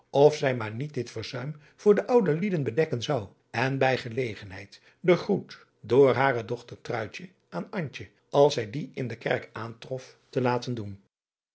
of zij maar niet dit verzuim voor de oude lieden bedekken zou en bij gelegenheid den groet door hare dochter truitje aan antje als zij die in de kerk aantrof laten doen